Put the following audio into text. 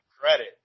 credit